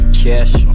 cash